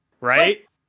Right